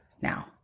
now